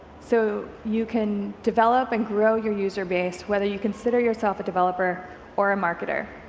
so you can develop and grow your user base whether you consider yourself a developer or a marketer.